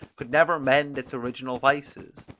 could never mend its original vices.